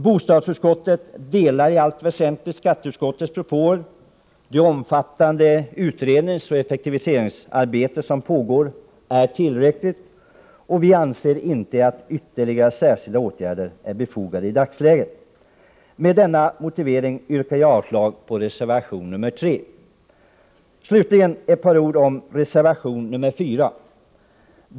Bostadsutskottet delar i allt väsentligt skatteutskottets uppfattning. Det omfattande utredningsoch effektiviseringsarbete som pågår är tillräckligt, och vi anser inte att ytterligare särskilda åtgärder är påkallade i dagsläget. Med denna motivering yrkar jag avslag på reservation nr 3. Slutligen ett par ord om reservation nr 4.